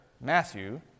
Matthew